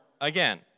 again